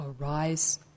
arise